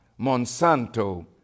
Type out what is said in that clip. Monsanto